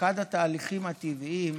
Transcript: ואחד התהליכים הטבעיים,